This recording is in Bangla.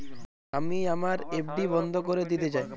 আমি আমার এফ.ডি বন্ধ করে দিতে চাই